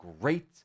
great